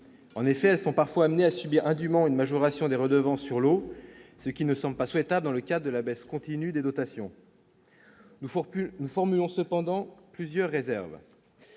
en effet sont parfois amenés à subir indument une majoration des redevances sur l'eau, ce qui ne sont pas souhaitables dans le cas de la baisse continue des dotations fort que nous formulons cependant plusieurs réserves,